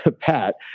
Pat